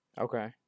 okay